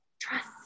trust